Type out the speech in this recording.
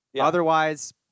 Otherwise